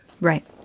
Right